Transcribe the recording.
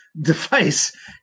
device